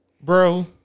bro